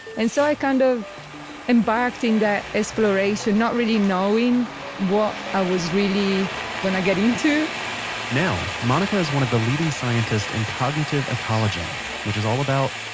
and so i kind of embarked in that exploration not really knowing what i was really going to get into now, monica's one of the leading scientists in cognitive ecology which is all about.